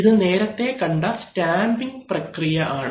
ഇത് നേരത്തെ കണ്ട സ്റ്റാമ്പിങ്പ്രക്രിയ ആണ്